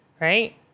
right